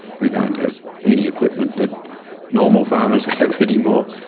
we don't have any equipment that normal farmers have any more,